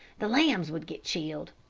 the lambs would get chilled.